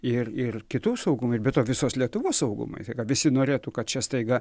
ir ir kitų saugumui be to visos lietuvos saugumui tai ką visi norėtų kad čia staiga